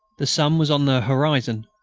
the sun was on the horizon.